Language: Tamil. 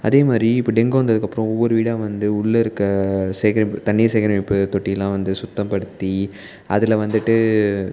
அதேமாதிரி இப்போ டெங்கு வந்ததுக்கப்பறோம் ஒவ்வொரு வீடாக வந்து உள்ளே இருக்க சேகரிப்பு தண்ணீர் சேகரிப்பு தொட்டியெலாம் வந்து சுத்தப்படுத்தி அதில் வந்துட்டு